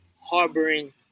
harboring